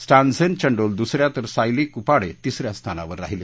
स्टानझेन चंडोल दुसऱ्या तर सायली कुपाडे तिसऱ्या स्थानावर राहिली